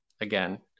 again